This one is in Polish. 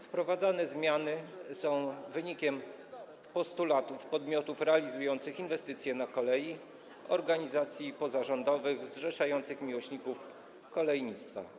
Wprowadzane zmiany są wynikiem postulatów podmiotów realizujących inwestycje na kolei, organizacji pozarządowych zrzeszających miłośników kolejnictwa.